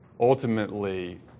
ultimately